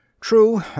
True